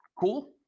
Cool